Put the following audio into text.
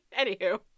anywho